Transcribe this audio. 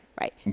Right